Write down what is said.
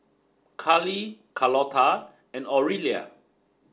Carley Charlotta and Aurelia